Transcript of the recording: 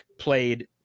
Played